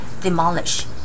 demolish